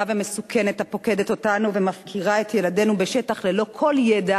ומסוכנת הפוקדת אותנו ומפקירה את ילדינו בשטח ללא כל ידע